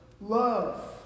love